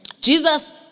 Jesus